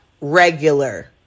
regular